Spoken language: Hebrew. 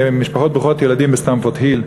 משפחות ברוכות ילדים בסטנפורד-היל.